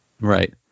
Right